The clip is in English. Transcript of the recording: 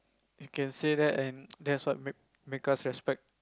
you can say that and that's what make make us respect